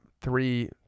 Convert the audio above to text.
three